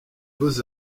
beaux